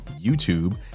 YouTube